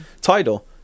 title